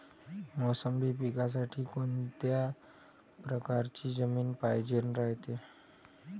मोसंबी पिकासाठी कोनत्या परकारची जमीन पायजेन रायते?